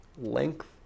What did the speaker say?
Length